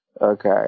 Okay